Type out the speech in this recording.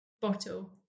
bottle